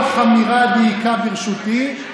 "כל חמירא וחמיעא דאיכא ברשותי,